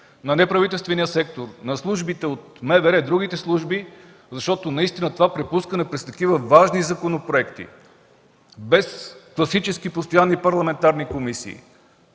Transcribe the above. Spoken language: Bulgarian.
на неправителствения сектор, на службите от МВР и другите служби, защото наистина това препускане през такива важни законопроекти без класически постоянни парламентарни комисии,